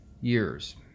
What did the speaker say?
years